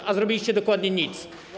A nie zrobiliście dokładnie nic.